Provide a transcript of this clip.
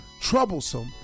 troublesome